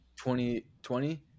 2020